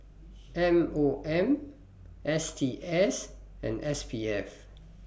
M O M S T S and S P F